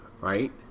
right